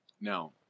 Now